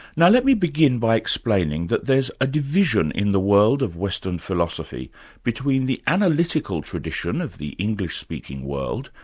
now let me begin by explaining that there's a division in the world of western philosophy between the analytical tradition of the english speaking world,